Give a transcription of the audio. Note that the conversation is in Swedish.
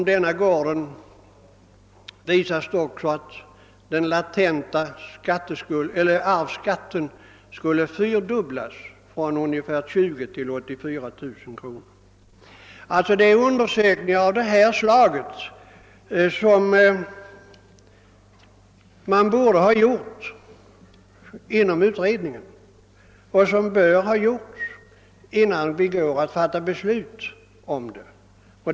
I remissyttrandet redovisas också att den latenta arvsskatten på denna gård fyrdubblas, från ungefär 20000 till 84 000 kronor. Det är undersökningar av detta slag som borde ha gjorts inom utredningen och som bör göras innan vi fattar beslut om dess förslag.